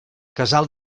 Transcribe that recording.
casal